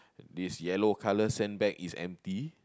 this yellow color sandbag is empty